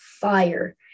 fire